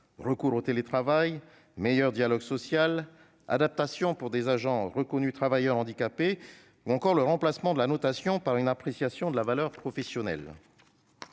recours au télétravail, meilleur dialogue social, adaptations pour des agents reconnus travailleurs handicapés ou encore remplacement de la notation par une appréciation de la valeur professionnelle.